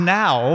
now